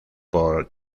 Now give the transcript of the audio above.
por